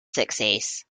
success